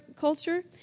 culture